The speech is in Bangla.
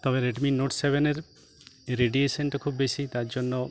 তবে রেডমি নোট সেভেনের রেডিয়েশানটা খুব বেশি তার জন্য